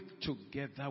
together